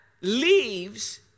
leaves